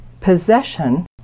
possession